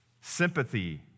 sympathy